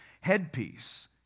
headpiece